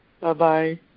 bye-bye